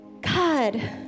God